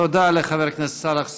תודה לחבר הכנסת סאלח סעד.